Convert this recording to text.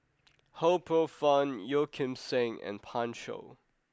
Ho Poh Fun Yeo Kim Seng and Pan Shou